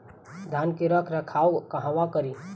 धान के रख रखाव कहवा करी?